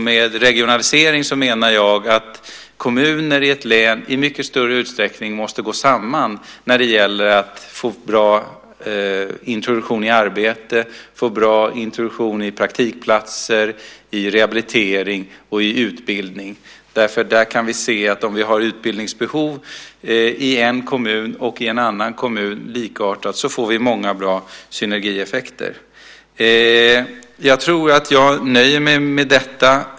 Med regionalisering menar jag att kommuner i ett län i mycket större utsträckning måste gå samman när det gäller att få bra introduktion i arbete, i praktik, i rehabilitering och i utbildning. Om vi har utbildningsbehov i en kommun och likartade behov i en annan kommun får vi många bra synergieffekter. Jag tror att jag nöjer mig med detta.